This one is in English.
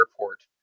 airport